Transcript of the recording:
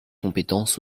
compétence